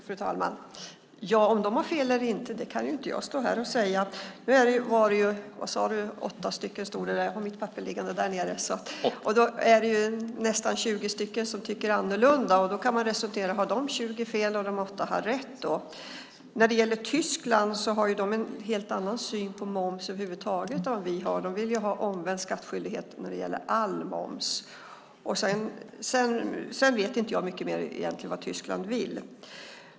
Fru talman! Om de har fel eller inte kan ju inte jag säga. Det var åtta länder. Det är nästan tjugo som tycker annorlunda. Då kan man ju fundera på om de tjugo har fel och de åtta rätt. Tyskland har ju över huvud taget en helt annan syn på moms än vi. De vill ju ha omvänd skattskyldighet när det gäller all moms. Jag vet inte mycket mer om vad Tyskland vill.